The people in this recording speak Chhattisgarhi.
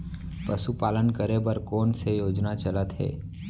पशुपालन करे बर कोन से योजना चलत हे?